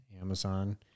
Amazon